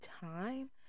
time